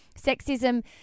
sexism